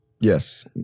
Yes